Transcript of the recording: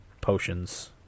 potions